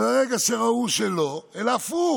אבל ברגע שראו שלא, אלא הפוך,